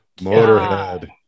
Motorhead